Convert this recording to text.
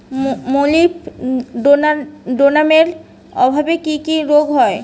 মলিবডোনামের অভাবে কি কি রোগ হয়?